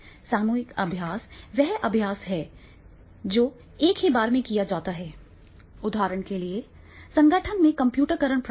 सामूहिक अभ्यास वह अभ्यास है जो एक ही बार में किया जाता है उदाहरण के लिए संगठन में कम्प्यूटरीकरण प्रणाली